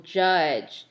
judge